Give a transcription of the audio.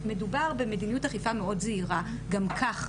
מדובר במדיניות אכיפה מאוד זהירה גם כך,